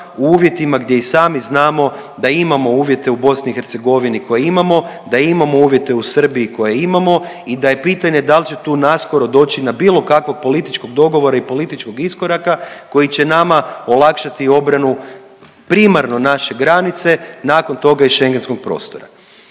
u uvjetima gdje i sami znamo da imamo uvjete u BIH koje imamo, da imamo u Srbiji koje imamo i da je pitanje da li će tu naskoro doći do bilo kakvog političkog dogovora i političkog iskoraka koji će nama olakšati obranu primarno naše granice nakon toga i Schengenskog prostora.